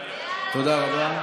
תודה רבה.